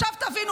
את בליכוד?